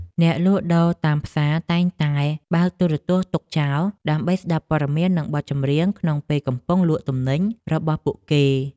អ្នកលក់ដូរតាមផ្សារតែងតែបើកទូរទស្សន៍ទុកចោល ដើម្បីស្តាប់ព័ត៌មាននិងបទចម្រៀងក្នុងពេលកំពុងលក់ទំនិញរបស់ពួកគេ។